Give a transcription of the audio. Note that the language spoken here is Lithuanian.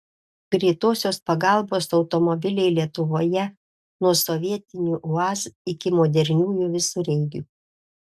greitosios pagalbos automobiliai lietuvoje nuo sovietinių uaz iki modernių visureigių